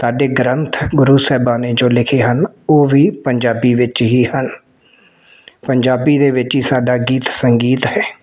ਸਾਡੇ ਗ੍ਰੰਥ ਗੁਰੂ ਸਾਹਿਬਾਂ ਨੇ ਜੋ ਲਿਖੇ ਹਨ ਉਹ ਵੀ ਪੰਜਾਬੀ ਵਿੱਚ ਹੀ ਹਨ ਪੰਜਾਬੀ ਦੇ ਵਿੱਚ ਹੀ ਸਾਡਾ ਗੀਤ ਸੰਗੀਤ ਹੈ